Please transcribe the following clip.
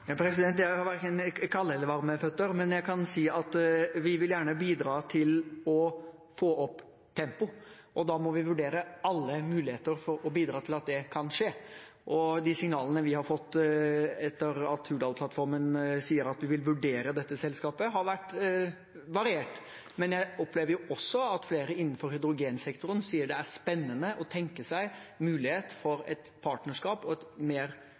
Jeg har verken kalde eller varme føtter, men jeg kan si at vi vil gjerne bidra til å få opp tempoet, og da må vi vurdere alle muligheter for å bidra til at det kan skje. De signalene vi har fått etter at vi i Hurdalsplattformen har skrevet at vi vil vurdere dette selskapet, har vært varierte. Men jeg opplever også at flere innenfor hydrogensektoren sier det er spennende å tenke seg en mulighet for et partnerskap og et mer